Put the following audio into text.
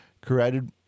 created